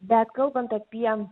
bet kalbant apie